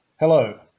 Hello